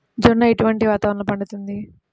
జొన్న ఎటువంటి వాతావరణంలో పండుతుంది?